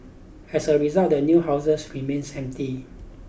as a result the new houses remains empty